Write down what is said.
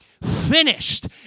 finished